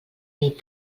nit